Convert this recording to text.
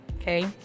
okay